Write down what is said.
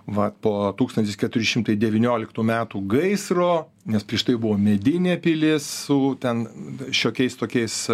vat po tūkstantis keturi šimtai devynioliktų metų gaisro nes prieš tai buvo medinė pilis su ten šiokiais tokiais